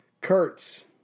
Kurtz